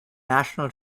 national